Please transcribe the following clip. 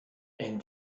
and